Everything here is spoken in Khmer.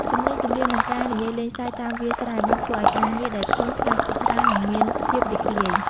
សំឡេងចម្រៀង និងការនិយាយលេងសើចតាមវាលស្រែ បានធ្វើឱ្យការងារដែលធ្ងន់ក្លាយជាស្រាល និងមានភាពរីករាយ។